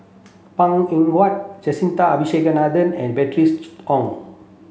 Png Eng Huat Jacintha Abisheganaden and Bernice Ong